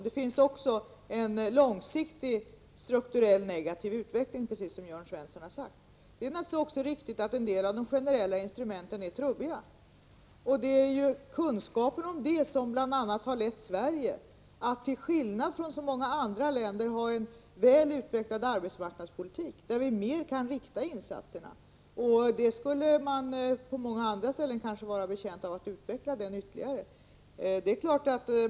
Det finns också en långsiktig strukturell negativ utveckling, precis som Jörn Svensson sagt. En del av de generella instrumenten är också trubbiga. Det är kunskapen om detta som bl.a. föranlett Sverige att, till skillnad från många andra länder, ha en väl utvecklad arbetsmarknadspolitik där vi mer kan rikta insatserna. Man skulle på många andra ställen vara betjänt av att utveckla arbetsmarknadspolitiken ytterligare.